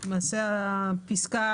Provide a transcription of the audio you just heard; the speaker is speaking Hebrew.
זה לא שהיא לא יכולה לדון.